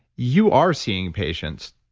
you are seeing patients